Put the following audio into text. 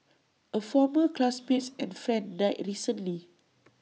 A former classmates and friend died recently